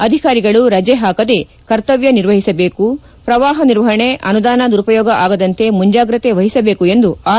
ಅಧಿಕಾರಿಗಳು ರಜೆ ಹಾಕದೇ ಕರ್ತವ್ನ ನಿರ್ವಹಿಸಬೇಕು ಪ್ರವಾಹ ನಿರ್ವಹಣೆ ಅನುದಾನ ದುರುಪಯೋಗ ಆಗದಂತೆ ಮುಂಜಾಗ್ರತೆ ವಹಿಸಬೇಕು ಎಂದು ಆರ್